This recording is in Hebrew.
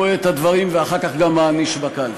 רואה את הדברים ואחר כך גם מעניש בקלפי.